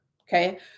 okay